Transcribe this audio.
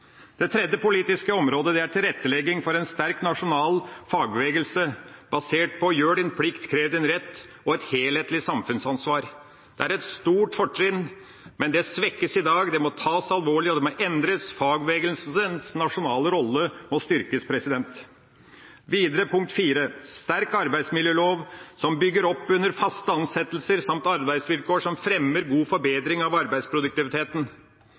Det tredje politiske området er tilrettelegging for en sterk nasjonal fagbevegelse basert på «gjør din plikt, krev din rett» og et helhetlig samfunnsansvar. Det er et stort fortrinn, men det svekkes i dag. Det må tas alvorlig, og det må endres. Fagbevegelsens nasjonale rolle må styrkes. Videre er punkt fire en sterk arbeidsmiljølov som bygger oppunder faste ansettelser samt arbeidsvilkår som fremmer god forbedring av arbeidsproduktiviteten.